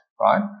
right